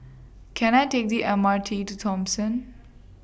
Can I Take The M R T to Thomson